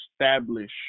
establish